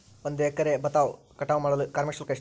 ಒಂದು ಎಕರೆ ಭತ್ತ ಕಟಾವ್ ಮಾಡಲು ಕಾರ್ಮಿಕ ಶುಲ್ಕ ಎಷ್ಟು?